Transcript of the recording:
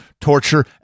torture